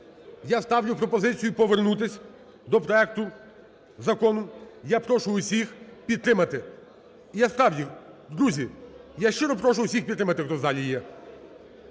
Я ставлю пропозицію повернутися до проекту закону. Я прошу усіх підтримати. І я, справді, друзі, я щиро прошу усіх підтримати, хто в залі є.